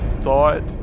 thought